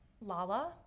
Lala